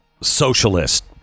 socialist